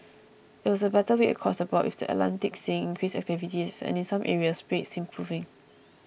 it was a better week across the board with the Atlantic seeing increased activity and in some areas rates improving